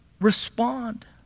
respond